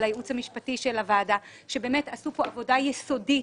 לייעוץ המשפטי של הוועדה שעשו עבודה יסודית.